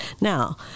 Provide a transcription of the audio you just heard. Now